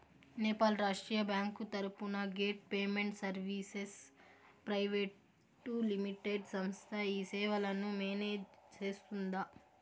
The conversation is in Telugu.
నేపాల్ రాష్ట్రీయ బ్యాంకు తరపున gate payment services private limited సంస్థ ఈ సేవలను మేనేజ్ సేస్తుందా?